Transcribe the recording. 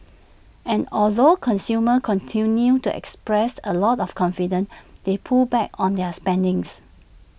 and although consumers continued to express A lot of confidence they pulled back on their spendings